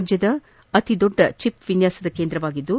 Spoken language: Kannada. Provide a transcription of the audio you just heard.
ರಾಜ್ಯ ಅತಿ ದೊಡ್ಡ ಚಿಪ್ ವಿನ್ನಾಸದ ಕೇಂದ್ರವಾಗಿದ್ದು